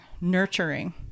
nurturing